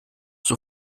viel